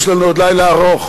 יש לנו עוד לילה ארוך.